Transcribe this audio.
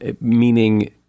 meaning